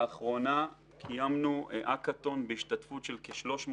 לאחרונה קיימנו האקתון בהשתתפות שלכ-300